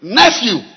nephew